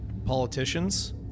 politicians